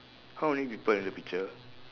how many people in the picture